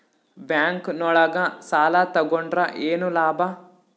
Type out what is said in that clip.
Bank ನೊಳಗ ಸಾಲ ತಗೊಂಡ್ರ ಏನು ಲಾಭ?